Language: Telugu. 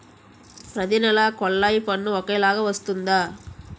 ప్రతి నెల కొల్లాయి పన్ను ఒకలాగే వస్తుందా?